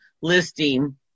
listing